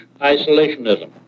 isolationism